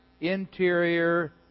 interior